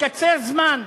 לקצר זמן,